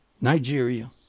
Nigeria